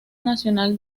nacional